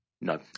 No